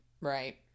Right